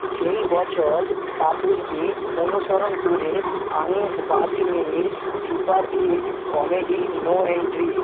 সেই বছর কাপুরকে অনুসরণ করে আনিস বাজমির সুপারহিট কমেডি নো এন্ট্রি